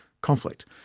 conflict